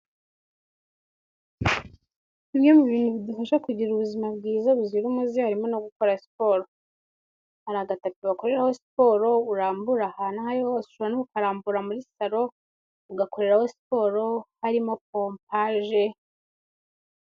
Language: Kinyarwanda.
Bimwe mu bintu bidufasha kugira ubuzima bwiza buzira umuze harimo no gukora siporo. Hari agatapi bakorerayo siporo burambura ahantu aho ariho hose, ushobora no kukarambura muri saro ugakoreraho siporo harimo pompaje.